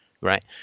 right